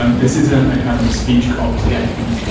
um this isn't a kind of speech cop's game.